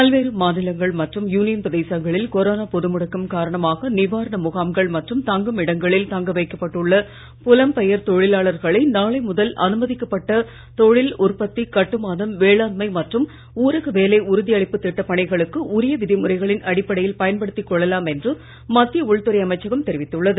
பல்வேறு மாநிலங்கள் மற்றும் யூனியன் பிரதேசங்களில் கொரோனா பொது முடக்கம் காரணமாக நிவாரண முகாம்கள் மற்றும் தங்கும் இடங்களில் தங்க வைக்கப்பட்டுள்ள புலம்பெயர் தொழிலாளர்களை நாளை முதல் அனுமதிக்கப்பட்ட தொழில் உற்பத்தி கட்டுமானம் வேளாண்மை மற்றும் ஊரக வேலை உறுதியளிப்புத் திட்ட பணிகளுக்கு உரிய விதிமுறைகளின் அடிப்படையில் பயன்படுத்திக் கொள்ளலாம் என்று மத்திய உள்துறை அமைச்சகம் தெரிவித்துள்ளது